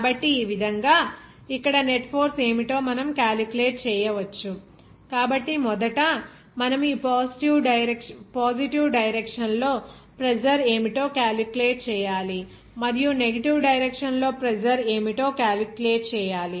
కాబట్టి ఈ విధంగా ఇక్కడ నెట్ ఫోర్స్ ఏమిటో మనం కాలిక్యులేట్ చేయవచ్చు కాబట్టి మొదట మనము ఈ పాజిటివ్ డైరెక్షన్ లో ప్రెజర్ ఏమిటో కాలిక్యులేట్ చేయాలి మరియు నెగటివ్ డైరెక్షన్ లో ప్రెజర్ ఏమిటో కాలిక్యులేట్ చేయాలి